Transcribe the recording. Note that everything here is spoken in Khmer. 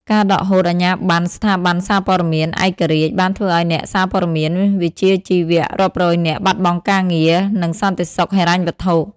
ការដកហូតអាជ្ញាប័ណ្ណស្ថាប័នសារព័ត៌មានឯករាជ្យ បានធ្វើឱ្យអ្នកសារព័ត៌មានវិជ្ជាជីវៈរាប់រយនាក់បាត់បង់ការងារ និងសន្តិសុខហិរញ្ញវត្ថុ។